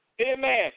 amen